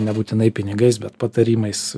nebūtinai pinigais bet patarimais